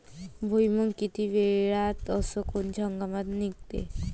भुईमुंग किती वेळात अस कोनच्या हंगामात निगते?